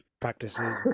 practices